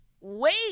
wait